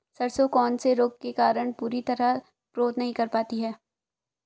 सरसों कौन से रोग के कारण पूरी तरह ग्रोथ नहीं कर पाती है?